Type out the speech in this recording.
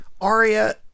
Arya